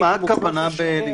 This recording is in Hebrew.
מה-20.